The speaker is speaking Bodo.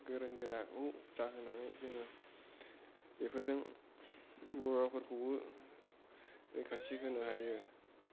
गोरों गोराखौ जाहोनानै जोङो बेफोरजों बर'फोरखौबो रैखाथि होनो हायो